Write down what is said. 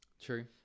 True